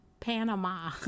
Panama